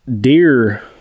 deer